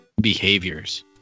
behaviors